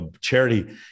charity